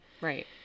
Right